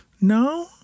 No